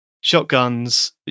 shotguns